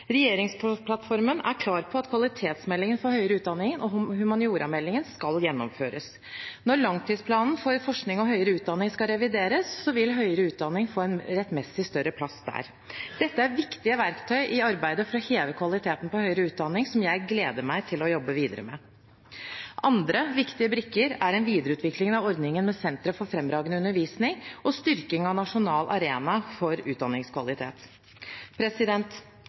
Regjeringsplattformen er klar på at kvalitetsmeldingen for høyere utdanning og humaniorameldingen skal gjennomføres. Når langtidsplanen for forskning og høyere utdanning skal revideres, vil høyere utdanning få en rettmessig større plass der. Dette er viktige verktøy i arbeidet for å heve kvaliteten på høyere utdanning, som jeg gleder meg til å jobbe videre med. Andre viktige brikker er en videreutvikling av ordningen med sentre for fremragende undervisning og styrking av nasjonal arena for